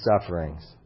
sufferings